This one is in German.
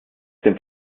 dem